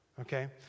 Okay